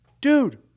Dude